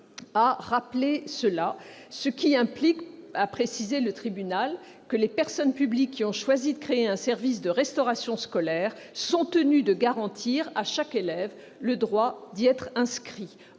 Besançon. Cela implique, a précisé le tribunal, que les personnes publiques ayant choisi de créer un service de restauration scolaire sont tenues de garantir à chaque élève le droit d'y être inscrit.